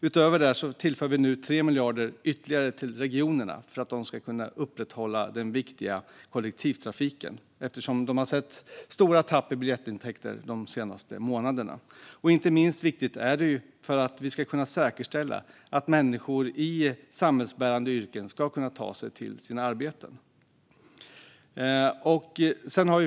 Utöver detta tillför vi nu 3 miljarder ytterligare till regionerna för att de ska kunna upprätthålla den viktiga kollektivtrafiken då de har sett stora tapp i biljettintäkter de senaste månaderna. Inte minst är det viktigt för att vi ska kunna säkerställa att människor i samhällsbärande yrken ska kunna ta sig till sina arbeten.